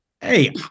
Hey